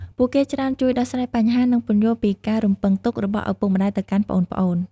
ពួកគេច្រើនជួយដោះស្រាយបញ្ហា និងពន្យល់ពីការរំពឹងទុករបស់ឪពុកម្ដាយទៅកាន់ប្អូនៗ។